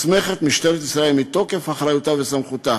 משטרת ישראל מוסמכת, מתוקף אחריותה וסמכותה